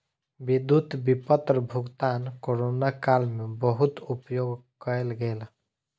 विद्युत विपत्र भुगतान कोरोना काल में बहुत उपयोग कयल गेल